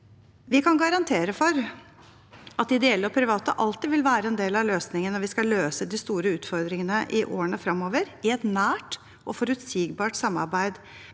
Vi kan garantere for at ideelle og private alltid vil være en del av løsningen når vi skal løse de store utfordringene i årene fremover, i et nært og forutsigbart samarbeid